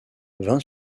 vingt